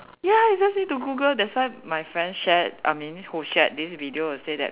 ya you just need to Google that's why my friend shared I mean who shared this video will say that